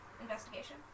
Investigation